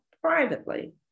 privately